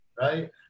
right